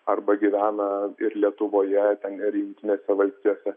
arba gyvena ir lietuvoje ir jungtinėse valstijose